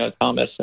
Thomas